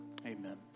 Amen